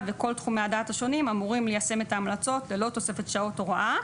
וכל תחומי הדעת השונים אמורים ליישם את ההמלצות ללא תוספת שעות הוראה,